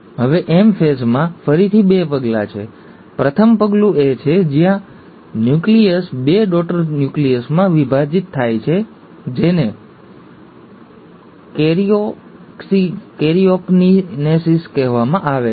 હવે M ફેઝમાં ફરીથી બે પગલાં છે પ્રથમ પગલું એ છે કે જ્યાં ન્યુક્લિયસ બે ડૉટર ન્યુક્લિયસમાં વિભાજિત થાય છે જેને કેરિઓકિનેસિસ કહેવામાં આવે છે